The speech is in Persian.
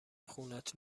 خونت